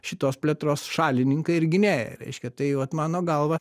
šitos plėtros šalininkai ir gynėjai reiškia tai vat mano galva